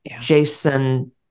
Jason